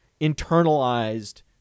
internalized